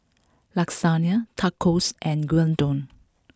Lasagna Tacos and Gyudon